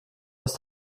aus